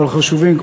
אבל חשובים,